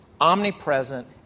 omnipresent